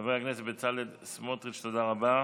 חבר הכנסת בצלאל סמוטריץ', תודה רבה.